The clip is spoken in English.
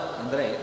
andre